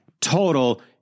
total